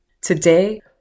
Today